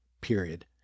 period